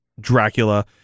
Dracula